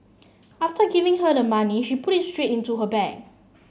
after giving her the money she put it straight into her bag